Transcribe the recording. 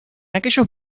aquellos